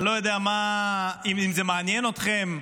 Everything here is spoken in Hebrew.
אני לא יודע אם זה מעניין אתכם,